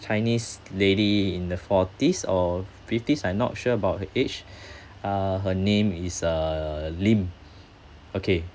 chinese lady in the forties or fifties I'm not sure about her age uh her name is uh lim okay